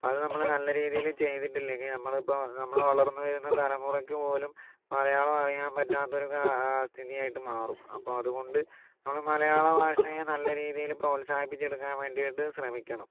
അപ്പോൾ അത് നമ്മള് നല്ല രീതില് ചെയ്തിട്ടില്ലങ്കിൽ നമ്മള് ഇപ്പം നമ്മള് വളർന്ന് വരുന്ന തലമുറക്ക് പോലും മലയാളം അറിയാൻ പറ്റാത്ത ഒരു ക സ്ഥിതി ആയിട്ട് മാറും അപ്പോ അതുകൊണ്ട് നമ്മള് മലയാളഭാഷയെ നല്ല രീതില് പ്രോത്സാഹിപ്പിച്ചെടുക്കാൻ വേണ്ടിയിട്ട് ശ്രമിക്കണം